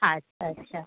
আচ্ছা আচ্ছা